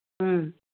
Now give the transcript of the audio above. ꯎꯝ